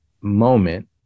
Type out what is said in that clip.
moment